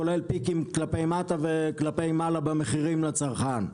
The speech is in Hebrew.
כולל פיקים כלפי מטה וכלפי מעלה במחירים לצרכן.